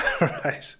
right